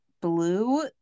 blue